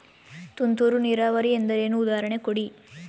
ತುಂತುರು ನೀರಾವರಿ ಎಂದರೇನು, ಉದಾಹರಣೆ ಕೊಡಿ?